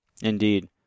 Indeed